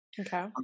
Okay